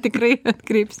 tikrai atkreips